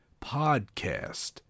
podcast